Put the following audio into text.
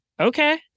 Okay